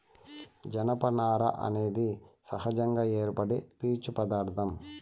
జనపనార అనేది సహజంగా ఏర్పడే పీచు పదార్ధం